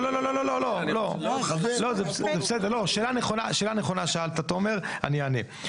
לא לא, שאלה נכונה שאלת תומר, אני אענה.